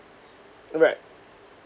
right